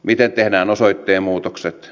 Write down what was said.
miten tehdään osoitteenmuutokset